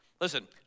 Listen